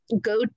go